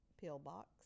pillbox